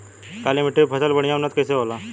काली मिट्टी पर फसल बढ़िया उन्नत कैसे होला?